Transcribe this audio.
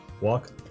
Walk